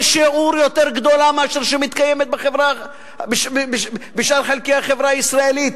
שיעור מזו שמתקיימת בשאר חלקי החברה הישראלית,